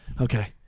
Okay